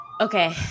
Okay